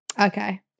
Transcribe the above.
okay